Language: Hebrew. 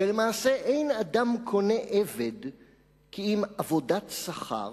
שלמעשה אין אדם קונה עבד כי אם עבודת שכר,